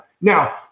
Now